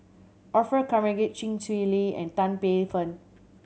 Orfeur Cavenagh Chee Swee Lee and Tan Paey Fern